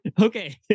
Okay